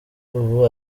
ubu